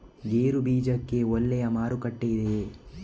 ಗೇರು ಬೀಜಕ್ಕೆ ಒಳ್ಳೆಯ ಮಾರುಕಟ್ಟೆ ಇದೆಯೇ?